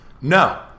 No